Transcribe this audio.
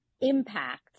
impact